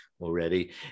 Already